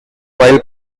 wild